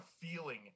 feeling